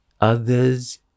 Others